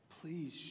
please